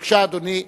בבקשה, אדוני.